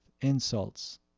insults